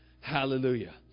Hallelujah